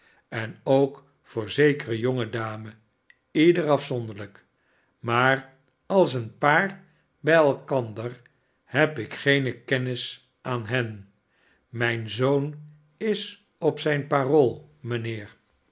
en ook voor zekere jonge dame ieder afzonderlijk maar als een paar bij elkander heb ik geene iennis aan hen mijn zoon is op zijn parool mijnheer